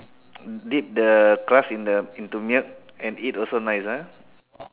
dip the crust in the into milk also nice ah